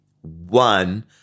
One